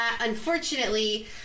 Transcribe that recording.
unfortunately